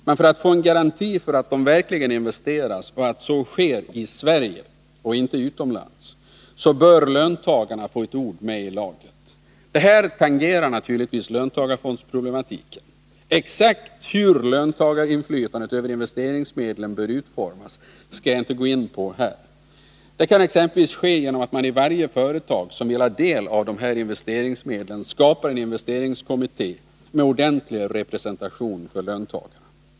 Men för att få en garanti för att de verkligen investeras och att så sker i Sverige och inte utomlands bör löntagarna få ett ord med i laget. Det här tangerar löntagarfondsproblematiken. Exakt hur löntagarinflytandet över investeringsmedlen bör utformas skall jag inte gå in på här. Det kan exempelvis ske genom att man i varje företag som vill ha del av de här investeringsmedlen skapar en investeringskommitté med ordentlig representation för löntagarna.